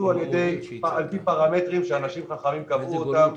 על-פי פרמטרים שאנשים חכמים קבעו אותם,